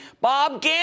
Bob